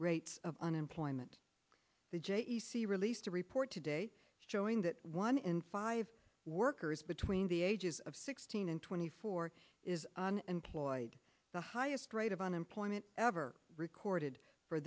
rates of unemployment the j e c released a report today showing that one in five workers between the ages of sixteen and twenty four is an employed the highest rate of unemployment ever recorded for